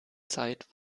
zeit